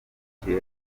kugira